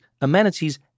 amenities